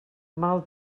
mal